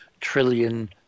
trillion